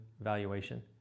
valuation